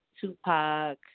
Tupac